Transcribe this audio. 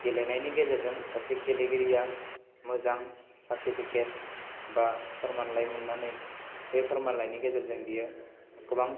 गेलेनायनि गेजेरजों सासे गेलेगिरिया मोजां सारटिपिकेट बा फोरमानलाइ मोन्नानै बे फोरमानलाइनि गेजेरजों बियो गोबां